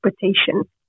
interpretation